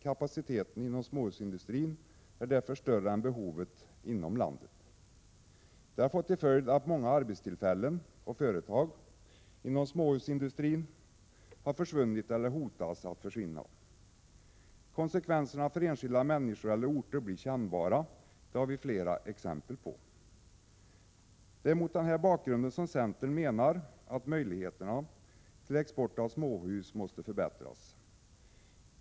Kapaciteten inom småhusindustrin är därför större än behovet inom landet. Det har fått till följd att många arbetstillfällen och företag inom småhusindustrin försvunnit eller hotas. Konsekvenserna för enskilda människor eller orter blir kännbara. Det har vi flera exempel på. Mot den bakgrunden menar centern att möjligheterna till export av småhus måste förbättras.